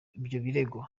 birego